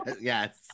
yes